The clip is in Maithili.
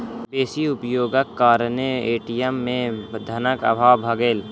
बेसी उपयोगक कारणेँ ए.टी.एम में धनक अभाव भ गेल